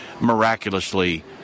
miraculously